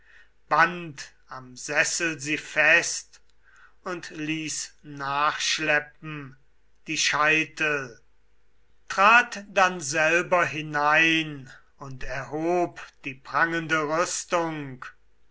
band am sessel sie fest und ließ nachschleppen die scheitel trat dann selber hinein und erhob die prangende rüstung